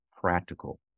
practical